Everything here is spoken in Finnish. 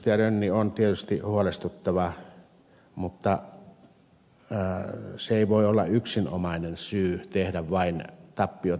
rönni on tietysti huolestuttava mutta se ei voi olla yksinomainen syy tehdä vain tappiota